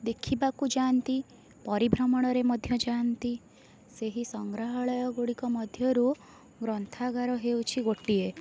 ଦେଖିବାକୁ ଯାଆନ୍ତି ପରିଭ୍ରମଣରେ ମଧ୍ୟ ଯାଆନ୍ତି ସେହି ସଂଗ୍ରହାଳୟ ଗୁଡ଼ିକ ମଧ୍ୟ ରୁ ଗ୍ରନ୍ଥାଗାର ହେଉଛି ଗୋଟିଏ